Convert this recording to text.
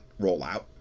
rollout